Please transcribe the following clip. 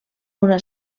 una